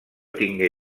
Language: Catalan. tingué